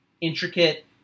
intricate